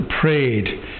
prayed